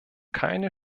keine